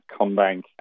ComBank